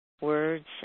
words